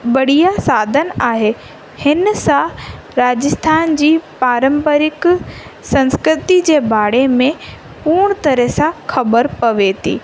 बढ़िया साधनु आहे हिन सां राजस्थान जी पारम्परिकु संस्कृति जे बारे में पूर्ण तरह सां ख़बरु पवे थी